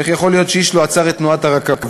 איך יכול להיות שאיש לא עצר את תנועת הרכבות?